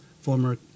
former